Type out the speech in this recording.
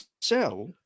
sell